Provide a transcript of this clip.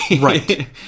Right